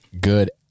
good